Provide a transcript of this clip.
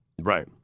Right